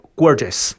gorgeous